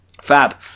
Fab